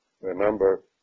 Remember